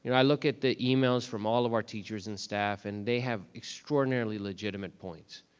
and i look at the emails from all of our teachers and staff and they have extraordinarily legitimate points.